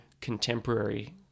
contemporary